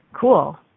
Cool